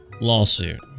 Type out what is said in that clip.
lawsuit